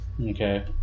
Okay